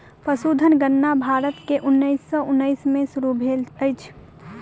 पशुधन गणना भारत में उन्नैस सौ उन्नैस में शुरू भेल अछि